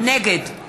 נגד יואל